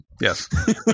Yes